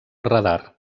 radar